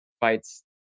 fights